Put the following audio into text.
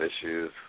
issues